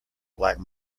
black